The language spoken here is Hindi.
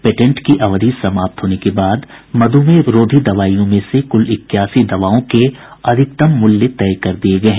पेटेंट की अवधि समाप्त होने के बाद मधुमेह रोधी दवाइयों में से कुल इक्यासी दवाओं के अधिकतम मूल्य तय कर दिये गये हैं